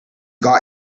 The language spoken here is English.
got